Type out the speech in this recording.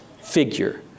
figure